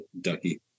Ducky